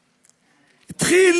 הוא התחיל